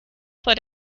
vor